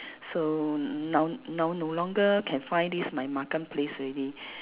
so now now no longer can find this my makan place already